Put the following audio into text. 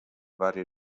varie